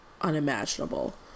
unimaginable